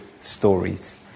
stories